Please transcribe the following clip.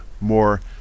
more